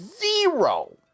zero